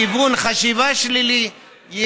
בכיוון חשיבה שלילי.